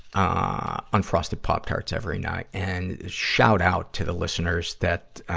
ah, unfrosted pop tarts every night. and shout out to the listeners that, ah,